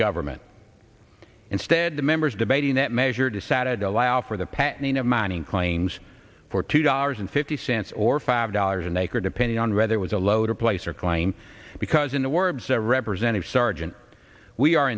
government instead the members debating that measure decided to allow for the patenting of mining claims for two dollars and fifty cents or five dollars an acre depending on whether it was a load or place or claim because in the words a represented sergeant we are